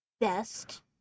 best